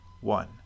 one